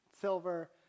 silver